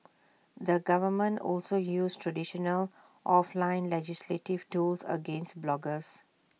the government also used traditional offline legislative tools against bloggers